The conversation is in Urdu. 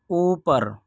اوپر